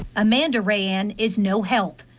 amanda rayan is no help.